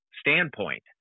standpoint